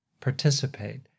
Participate